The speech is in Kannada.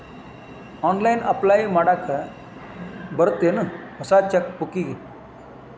ಆನ್ಲೈನ್ ಅಪ್ಲೈ ಮಾಡಾಕ್ ಬರತ್ತೇನ್ ಹೊಸ ಚೆಕ್ ಬುಕ್ಕಿಗಿ